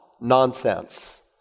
Nonsense